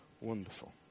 Wonderful